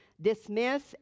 Dismiss